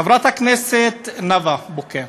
חברת הכנסת נאוה בוקר,